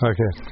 Okay